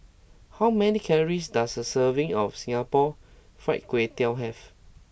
how many calories does a serving of Singapore Fried Kway Tiao have